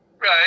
Right